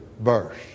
verse